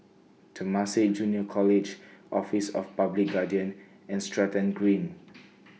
Temasek Junior College Office of The Public Guardian and Stratton Green